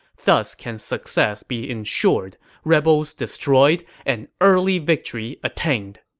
thus can success be ensured, rebels destroyed, and early victory attained.